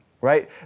right